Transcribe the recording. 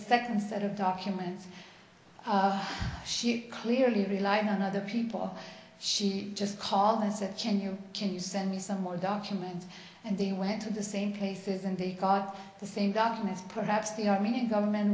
millisecond set of documents she clearly relying on other people she just called is it can you can you send me some more documents and they went to the same places and they got the same documents perhaps the armenian government